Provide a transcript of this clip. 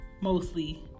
mostly